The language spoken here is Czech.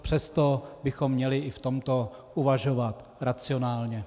Přesto bychom měli i v tomto uvažovat racionálně.